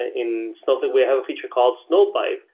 in snowflake we have a feature called snow pipe,